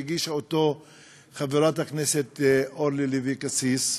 שהגישה אותו חברת הכנסת אורלי לוי אבקסיס,